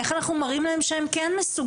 איך אנחנו מראים להם שהם כן מסוגלים.